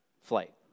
flight